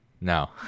No